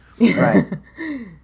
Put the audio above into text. right